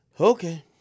okay